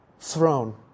Throne